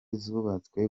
zubatswe